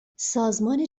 سازمان